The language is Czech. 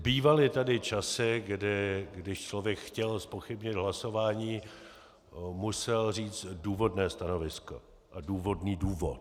Bývaly tady časy, kdy když člověk chtěl zpochybnit hlasování, musel říct důvodné stanovisko a důvodný důvod.